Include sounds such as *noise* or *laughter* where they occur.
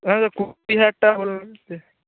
*unintelligible* হাজার টাকা *unintelligible*